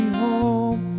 home